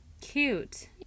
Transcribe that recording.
cute